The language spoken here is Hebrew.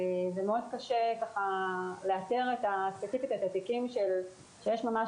ומאוד קשה לאתר ספציפית את התיקים שיש ממש